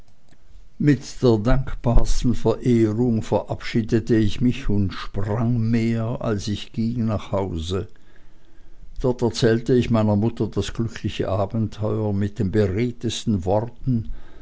mit der dankbarsten verehrung verabschiedete ich mich und sprang mehr als ich ging nach hause dort erzählte ich meiner mutter das glückliche abenteuer mit den beredtesten worten